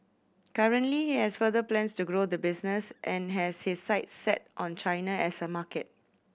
currently he has further plans to grow the business and has his sights set on China as a market